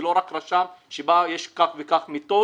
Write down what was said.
ולא רק ירשום שיש כך וכך מיטות,